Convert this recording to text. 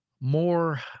more